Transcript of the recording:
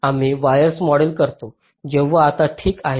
आम्ही wires model करतो तेव्हा आता ठीक आहे